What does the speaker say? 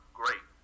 great